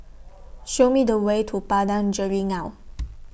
Show Me The Way to Padang Jeringau